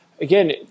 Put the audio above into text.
Again